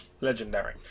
legendary